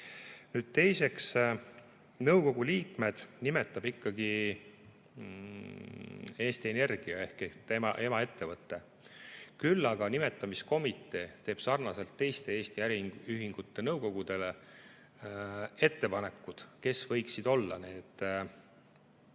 teiseks. Nõukogu liikmed nimetab ikkagi Eesti Energia ehk emaettevõte. Küll aga nimetamiskomitee teeb sarnaselt teiste Eesti äriühingute nõukogudega ettepaneku, kes võiksid olla